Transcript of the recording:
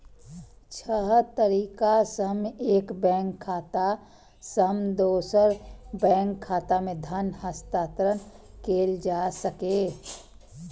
छह तरीका सं एक बैंक खाता सं दोसर बैंक खाता मे धन हस्तांतरण कैल जा सकैए